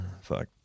Fuck